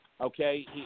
Okay